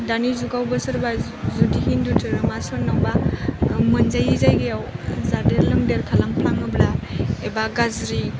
दानि जुगावबो सोरबा जुदि हिन्दु धोरोमा सोरनावबा मोनजायि जायगायाब जादेर लोंदेर खालाम फ्लाङोब्ला एबा गाज्रि